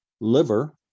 liver